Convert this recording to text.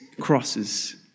crosses